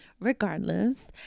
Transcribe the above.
regardless